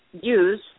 use